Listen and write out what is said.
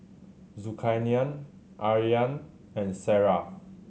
Zulkarnain Aryan and Sarah